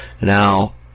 Now